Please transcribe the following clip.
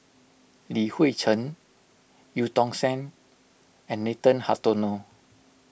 Li Hui Cheng Eu Tong Sen and Nathan Hartono